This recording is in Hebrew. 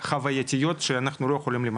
חווייתיות שאנחנו לא יכולים לממן,